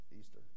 Easter